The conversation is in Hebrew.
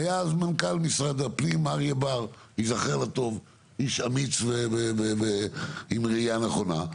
והיה אז מנכ"ל משרד הפנים אריה בר ייזכר לטוב איש אמיץ ועם ראיה נכונה,